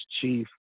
chief